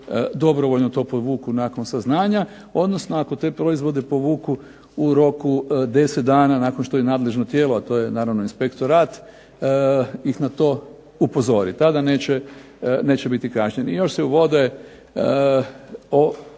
dobrovoljno to povuku nakon saznanja, odnosno ako te proizvode povuku u roku 10 dana nakon što je nadležno tijelo, a to je naravno inspektorat ih na to upozori, tada neće biti kažnjeni. I još se uvode